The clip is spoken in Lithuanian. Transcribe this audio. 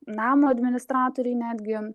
namo administratoriai netgi